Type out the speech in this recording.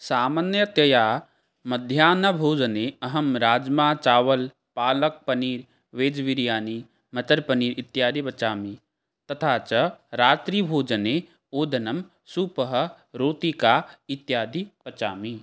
सामान्यतया मध्याह्नभोजने अहं राज्मा चावल् पालक् पनीर् वेज् बिरियानि मतर् पन्नीर् इत्यादि पचामि तथा च रात्रिभोजने ओदनं सूपः रोटिका इत्यादि पचामि